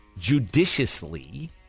judiciously